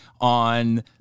on